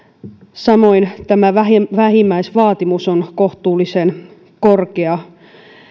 samoin tämä vähimmäisvaatimus on kohtuullisen korkea